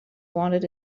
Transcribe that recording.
wanted